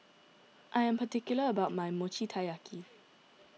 I am particular about my Mochi Taiyaki